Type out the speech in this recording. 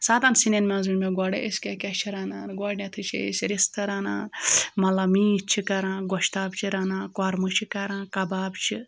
سَتَن سِنٮ۪ن منٛز ؤنۍ مےٚ گۄڈَے أسۍ کیٛاہ کیٛاہ چھِ رَنان گۄڈنٮ۪تھٕے چھِ أسۍ رِستہٕ رَنان مطلب میٖتھۍ چھِ کَران گۄشتاب چھِ رَنان کوٚرمہٕ چھِ کَران کَباب چھِ